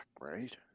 right